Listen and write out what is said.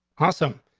awesome.